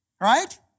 right